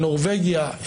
נורבגיה,